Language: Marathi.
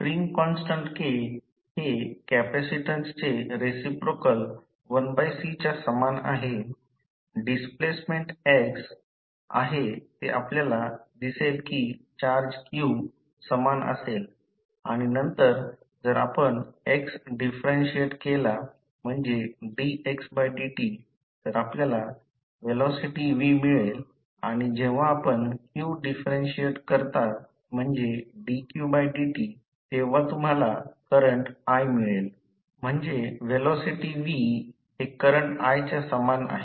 स्प्रिंग कॉन्स्टिंट K हे कॅपेसिटन्सचे रेसिप्रोकल 1C च्या सामान आहे डिस्प्लेसमेंट x आहे ते आपल्याला दिसेल कि चार्ज q सामान असेल आणि नंतर जर आपण x डिफरेन्शिअट केला म्हणजे dxdt तर आपल्याला व्हेलॉसिटी v मिळेल आणि जेव्हा आपण q डिफरेन्शिअट करता म्हणजे dqdt तेव्हा तुम्हाला करंट i मिळेल म्हणजे व्हेलॉसिटी v हे करंट i च्या सामान आहे